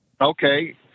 Okay